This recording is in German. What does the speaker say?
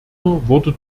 wurde